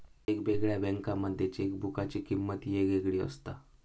येगयेगळ्या बँकांमध्ये चेकबुकाची किमंत येगयेगळी असता